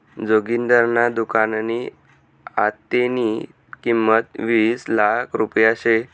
जोगिंदरना दुकाननी आत्तेनी किंमत वीस लाख रुपया शे